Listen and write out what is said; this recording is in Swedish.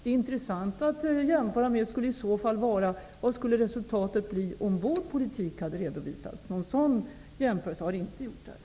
Det intressanta att jämföra med skulle i så fall vara vad resultatet skulle bli om vår politik hade redovisats. Någon sådan jämförelse har inte gjorts.